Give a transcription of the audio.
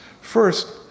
First